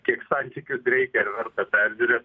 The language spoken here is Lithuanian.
kiek santykius reikia ar verta peržiūrėt